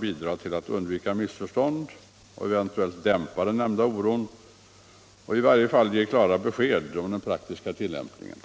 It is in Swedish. bidra till att undvika missförstånd och eventuellt dämpa den oro jag här nämnt. I varje fall skulle det ge klara besked om den praktiska tillämpningen.